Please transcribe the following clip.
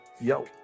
Yo